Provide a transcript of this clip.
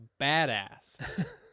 badass